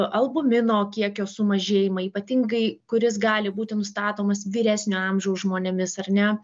albumino kiekio sumažėjimą ypatingai kuris gali būti nustatomas vyresnio amžiaus žmonėmis ar ne